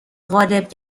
غالب